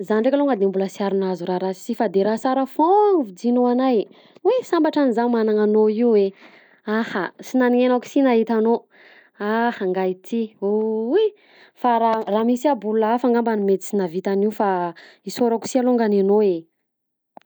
Zah ndreka alongany de mbola sy ary nahazo raha rasy si fa de raha sara foagna vidinao anahy e. Oy! Sambatra any zah magnana anao io e aha sy nagninenako si nahita anao aha ngiahy ty! Oy! Fa raha raha nisy aby olona afa angambany mety sy navita anio fa isaorako si longany anao e.